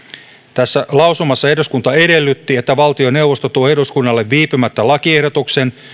tässä lausumassa eduskunta edellytti että valtioneuvosto tuo eduskunnalle viipymättä lakiehdotuksen